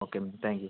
okay ma'am thank you